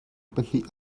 pahnih